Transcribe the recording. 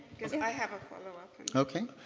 i have a follow-up. okay,